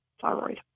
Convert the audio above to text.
thyroid